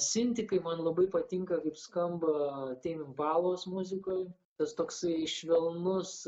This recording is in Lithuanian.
sintikai man labai patinka kaip skamba teim impalos muzikoj tas toksai švelnus